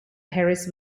harris